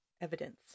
evidence